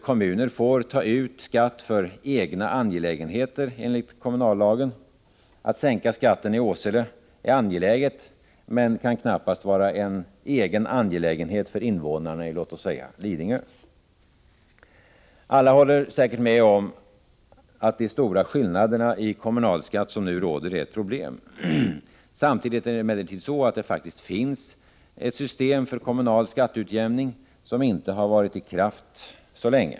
Kommuner får ta ut skatt för ”egna angelägenheter”, enligt kommunallagen — att sänka skatten i Åsele är angeläget, men det kan knappast vara en egen angelägenhet för invånarna i t.ex. Lidingö. Alla håller säkert med om att de stora skillnaderna i kommunalskatt är ett problem. Samtidigt finns det emellertid ett system för kommunal skatteutjämning som inte har varit i kraft så länge.